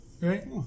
Right